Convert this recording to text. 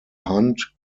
hunt